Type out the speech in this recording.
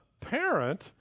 parent